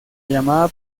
llamada